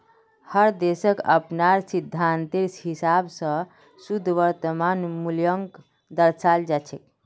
हर देशक अपनार सिद्धान्तेर हिसाब स शुद्ध वर्तमान मूल्यक दर्शाल जा छेक